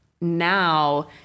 now